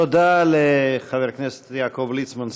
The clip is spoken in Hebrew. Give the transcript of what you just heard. תודה לחבר הכנסת יעקב ליצמן,